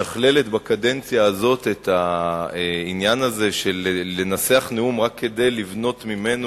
משכללת בקדנציה הזאת את העניין הזה של ניסוח נאום רק כדי לבנות ממנו